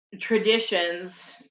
traditions